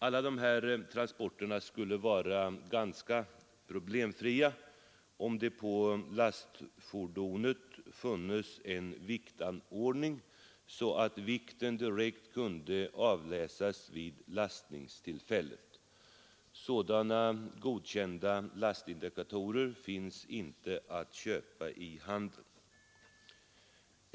Alla de här transporterna skulle vara helt problemfria, om det på lastfordonet funnes en viktanordning, så att vikten direkt kunde avläsas vid lastningstillfället. Sådana godkända lastindikatorer finns inte att köpa i handeln.